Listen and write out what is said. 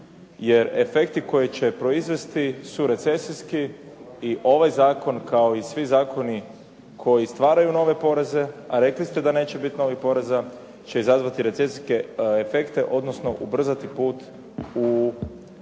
je efekti koji će proizvesti su recesijski i ovaj zakon kao i svi zakoni koji stvaraju nove poreze, a rekli ste da neće biti novih poreza, će izazvati recesijske efekte, odnosno ubrzati put u stagnaciju